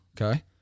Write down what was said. okay